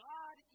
God